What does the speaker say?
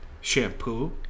shampoo